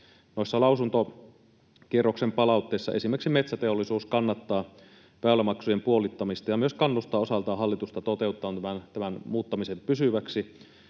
lausuntokierroksen palautteissa esimerkiksi Metsäteollisuus kannattaa väylämaksujen puolittamista ja osaltaan myös kannustaa hallitusta toteuttamaan tämän muuttamisen pysyväksi.